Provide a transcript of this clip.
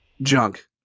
junk